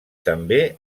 també